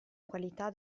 qualità